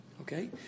Okay